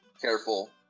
careful